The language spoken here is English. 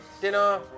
Dinner